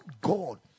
God